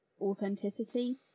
authenticity